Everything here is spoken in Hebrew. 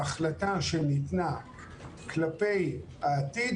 ההחלטה שניתנה כלפי העתיד,